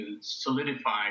solidify